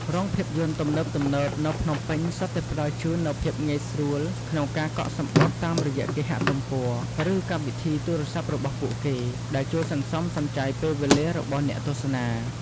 រោងភាពយន្តទំនើបៗនៅភ្នំពេញសុទ្ធតែផ្តល់ជូននូវភាពងាយស្រួលក្នុងការកក់សំបុត្រតាមរយៈគេហទំព័រ ឬកម្មវិធីទូរស័ព្ទរបស់ពួកគេ ដែលជួយសន្សំសំចៃពេលវេលារបស់អ្នកទស្សនា។